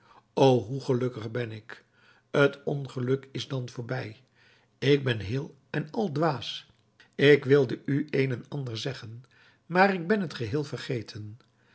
o hoe gelukkig ben ik t ongeluk is dan voorbij ik ben heel en al dwaas ik wilde u een en ander zeggen maar ik ben t geheel vergeten